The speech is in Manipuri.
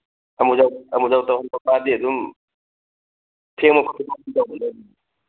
ꯑꯃꯨꯖꯥꯎ ꯑꯃꯨꯖꯥꯎ ꯇꯧꯍꯟꯕ ꯃꯥꯗꯤ ꯑꯗꯨꯝ ꯐꯦꯡꯕ ꯈꯣꯠꯄꯁꯨ ꯑꯗꯨꯝ ꯇꯧꯒꯗꯕꯅꯤ